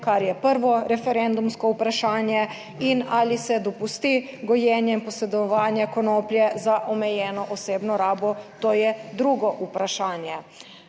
kar je prvo referendumsko vprašanje, in ali se dopusti gojenje in posedovanje konoplje za omejeno osebno rabo, to je drugo vprašanje.